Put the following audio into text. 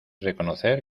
reconocer